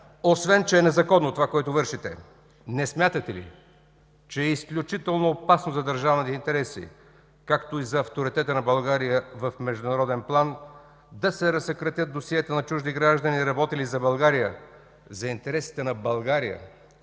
освен че е незаконно това, което вършите, не смятате ли, че е изключително опасно за държавните интереси, както и за авторитета на България в международен план да се разсекретят досиета на чужди граждани, работили за България, за интересите на България